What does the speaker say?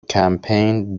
کمپین